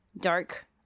dark